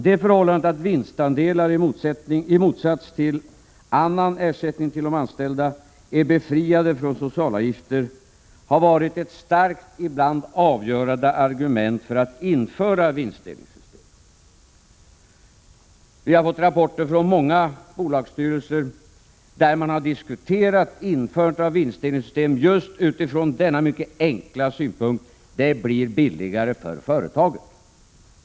Det förhållandet att vinstandelar, i motsats till annan ersättning till de anställda, är befriade från socialavgifter har varit ett starkt, ibland avgörande, argument för att införa vinstdelningssystem. Vi har fått rapporter från många bolagsstyrelser som har diskuterat införandet av vinstdelningssystem, just utifrån den mycket enkla synpunkten att det blir billigare för företaget.